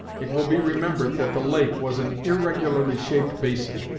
it will be remembered that the lake was an irregularly shaped basin,